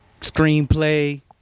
screenplay